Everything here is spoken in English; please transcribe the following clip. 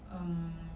um